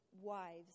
wives